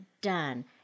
done